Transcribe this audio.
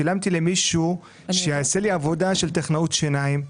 שילמתי למישהו שיעשה לי עבודה של טכנאות שיניים,